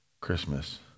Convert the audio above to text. Christmas